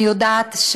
אני יודעת שהפתיעו,